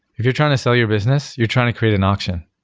if you're trying to sell your business, you're trying to create an auction.